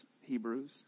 Hebrews